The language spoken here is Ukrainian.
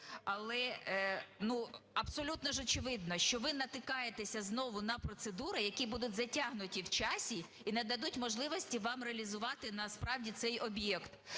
Але абсолютно ж очевидно, що ви натикаєтеся знову на процедури, які будуть затягнуті в часі і не дадуть можливості вам реалізувати насправді цей об'єкт.